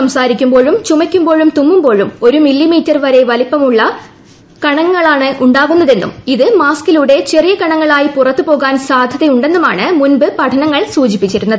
സംസാരിക്കുമ്പോഴും ചുമയ്ക്കുമ്പോഴും തുമ്മുമ്പോഴും ഒരു മില്ലിമീറ്റർ വരെ വലിപ്പമുള്ള വലിയ കണങ്ങളാണ് ഉണ്ടാകുന്നതെന്നും ഇത് മാസ്ക്കിലൂടെ ചെറിയ കണങ്ങൾ ആയി പുറത്തു പോകാൻ സാധ്യതയുണ്ടെന്നുമാണ് മുൻപ് പഠനങ്ങൾ സൂചിപ്പിച്ചിരുന്നത്